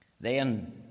Then